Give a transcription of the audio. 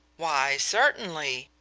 why, certainly.